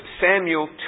Samuel